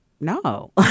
no